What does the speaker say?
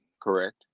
correct